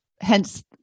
Hence